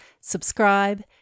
subscribe